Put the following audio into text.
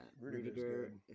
Rudiger